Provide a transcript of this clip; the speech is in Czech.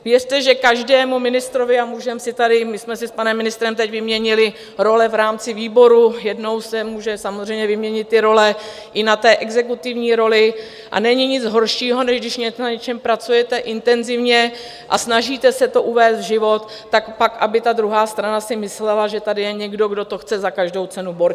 Věřte, že každému ministrovi, a můžeme si tady, my jsme si s panem ministrem teď vyměnili role v rámci výboru, jednou se může samozřejmě vyměnit role i na exekutivní roli, a není nic horšího, než když na něčem pracujete intenzivně a snažíte se to uvést v život, tak pak aby ta druhá strana si myslela, že tady je někdo, kdo to chce za každou cenu bortit.